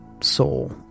soul